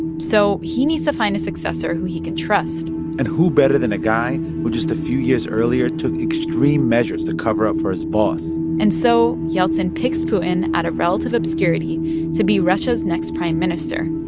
so he needs to find a successor who he can trust and who better than a guy who just a few years earlier took extreme measures to cover up for his boss? and so yeltsin picks putin out of relative obscurity to be russia's next prime minister,